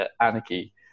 anarchy